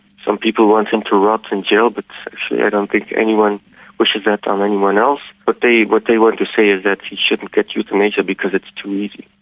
some people want him to rot in jail, but actually i don't think anyone wishes that on anyone else, but what they want to say is that he shouldn't get euthanasia because it's too easy.